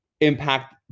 impact